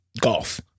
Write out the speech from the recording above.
golf